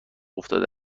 افتاده